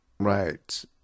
Right